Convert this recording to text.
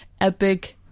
epic